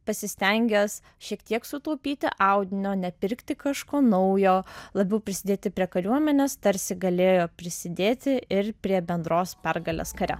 pasistengęs šiek tiek sutaupyti audinio nepirkti kažko naujo labiau prisidėti prie kariuomenės tarsi galėjo prisidėti ir prie bendros pergalės kare